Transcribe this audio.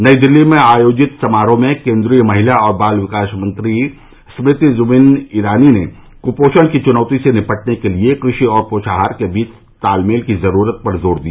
नई दिल्ली में आयोजित समारोह में केन्द्रीय महिला और बाल विकास मंत्री स्मृति जुबिन इरानी ने कृपोषण की चुनौती से निपटने के लिए कृषि और पोषाहार के बीच तालमेल की जरूरत पर जोर दिया